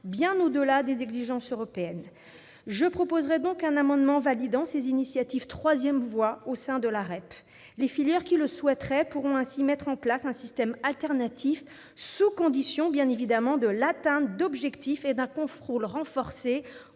bien au-delà des exigences européennes. Bravo ! Je défendrai donc un amendement validant ces initiatives « troisième voie » au sein de la REP. Les filières qui le souhaiteraient pourront ainsi mettre en place un système alternatif, sous conditions, bien évidemment, de l'atteinte des objectifs et d'un contrôle renforcé